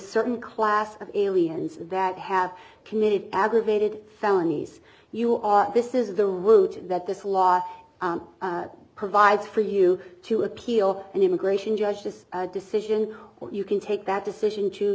certain class of aliens that have committed aggravated felonies you are this is the way that this law provides for you to appeal an immigration judge this decision or you can take that decision to